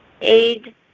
aid